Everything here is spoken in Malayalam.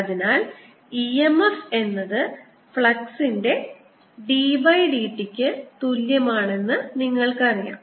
അതിനാൽ e m f എന്നത് ഫ്ളക്സിൻറെ ddt ക്ക് തുല്യമാണെന്ന് നിങ്ങൾക്കറിയാം